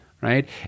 right